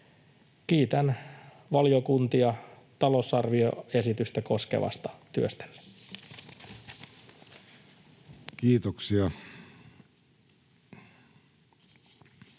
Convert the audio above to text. Kiitän valiokuntia talousarvioesitystä koskevasta työstänne. [Speech